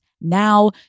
now